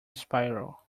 spiral